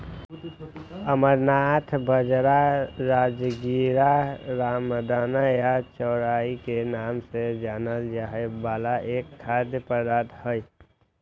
amaranth बाजरा, राजगीरा, रामदाना या चौलाई के नाम से जानल जाय वाला एक खाद्य पदार्थ हई